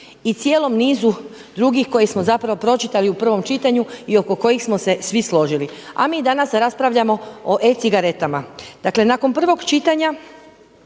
i cijelom nizu drugih koje smo pročitali u prvom čitanju i oko kojih smo se svi složili. A mi danas raspravljamo o e-cigaretama. Dakle nakon prvog čitanja